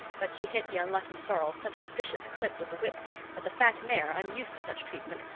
but she hit the unlucky sorrel such a vicious clip with the whip that the fat mare, unused to such treatment,